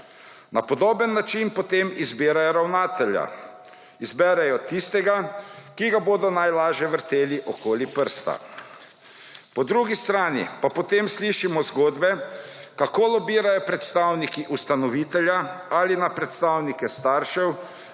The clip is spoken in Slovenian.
Na podoben način potem izbirajo ravnatelja. Izberejo tistega, ki ga bodo najlažje vrteli okoli prsta. Po drugi strani pa potem slišimo zgodbe, kako lobirajo predstavniki ustanovitelja ali na predstavnike staršev